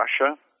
Russia